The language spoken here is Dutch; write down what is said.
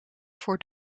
voor